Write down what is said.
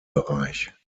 bereich